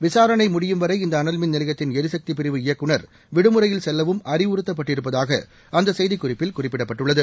விசாரணை முடியும் வரை இந்த அனல்மின் நிலையத்தின் ளரிக்தி பிரிவு இயக்குநர் விடுமுறையில் செல்லவும் அறிவுறுத்தப்பட்டிருப்பதாக அந்த செய்திக்குறிப்பில் குறிப்பிடப்பட்டுள்ளது